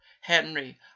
Henry